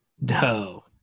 No